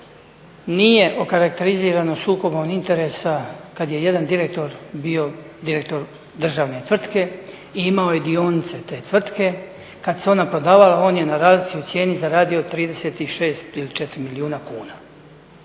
nije okarakterizirano sukobom interesa kada je jedan direktor bio direktor državne tvrtke i imao je dionice te tvrtke, kada se ona prodavala on je na razlici zaradio 36 ili 34 milijuna kuna,